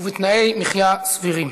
ובתנאי מחיה סבירים.